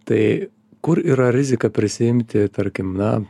tai kur yra riziką prisiimti tarkim na